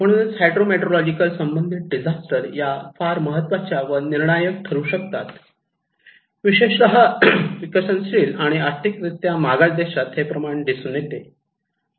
म्हणूनच hydro meteorological संबंधित disaster या फार महत्त्वाच्या व निर्णायक ठरू शकतात विशेषतः विकसनशील आणि आर्थिक रित्या मागास देशात हे प्रमाण दिसून येते